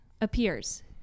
appears